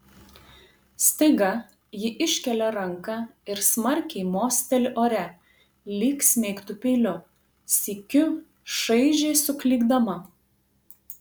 staiga ji iškelia ranką ir smarkiai mosteli ore lyg smeigtų peiliu sykiu šaižiai suklykdama